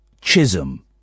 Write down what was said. Chisholm